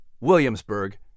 Williamsburg